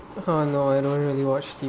uh no I don't really watch T_V